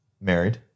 Married